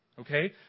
okay